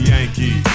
Yankee